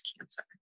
cancer